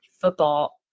football